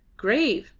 grave!